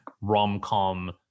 rom-com